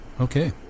okay